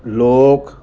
ਲੋਕ